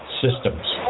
systems